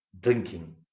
drinking